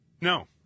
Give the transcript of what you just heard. No